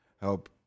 help